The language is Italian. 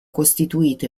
costituito